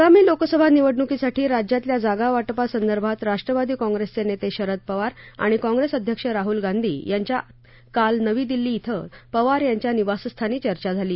आगामी लोकसभा निवडणूकीसाठी राज्यातल्या जागावाटपासंदर्भात राष्ट्रवादी काँग्रेसचे नेते शरद पवार आणि काँग्रेस अध्यक्ष राहूल गांधी यांच्यात काल नवी दिल्ली धिं पवार यांच्या निवासस्थानी चर्चा झाली